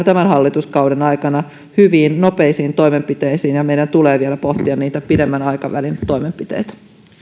tämän hallituskauden aikana hyviin nopeisiin toimenpiteisiin ja meidän tulee vielä pohtia pidemmän aikavälin toimenpiteitä